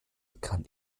kann